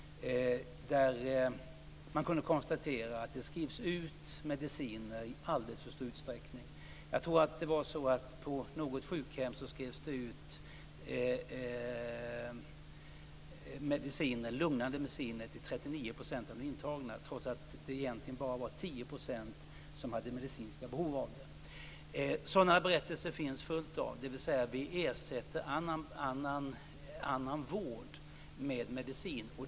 Man kunde konstatera att där skrivs ut mediciner i alldeles för stor utsträckning. På något sjukhem skrevs det ut lugnande mediciner till 39 % av de intagna, trots att det egentligen bara var 10 % som hade medicinska behov av sådant. Det finns många sådana berättelser. Annan vård ersätts alltså av medicin.